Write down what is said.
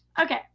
Okay